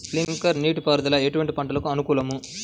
Sprinkler నీటిపారుదల ఎటువంటి పంటలకు అనుకూలము?